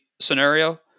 scenario